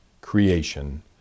creation